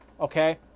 okay